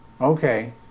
Okay